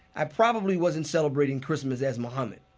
i probably wasn't celebrating christmas as mohammad.